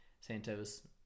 Santos